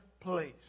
Place